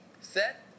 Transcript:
set